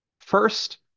first